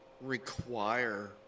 require